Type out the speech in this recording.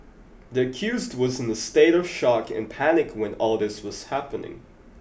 the accused was in a state of shock and panic when all this was happening